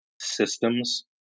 systems